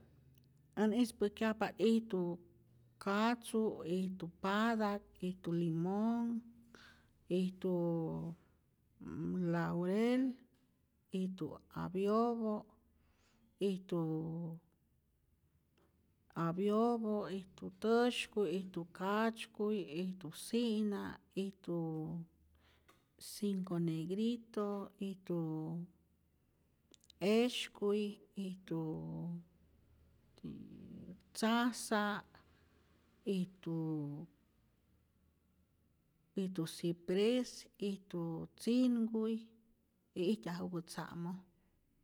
Än ispäjkyajpa't ijtu katzu', ijtu pata'k, ijtu limonh, ijtu m laurel, ijtu apyopä', ijtu apyopä, ijtu täsykuy, ijtu katzykuy, ijtu si'na, ijtu cinco negrito, ijtu esykuy, ijtu tzajsa', ijtu ijtu cipres, ijtu tzinkuy, y ijtyajupä tza'moj.